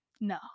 No